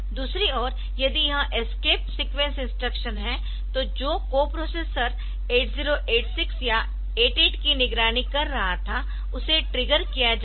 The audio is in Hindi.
दूसरी ओर यदि यह एस्केप सीक्वेंस इंस्ट्रक्शन है तो जो कोप्रोसेसर 8086 या 88 की निगरानी कर रहा था उसे ट्रिगर किया जाएगा